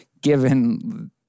given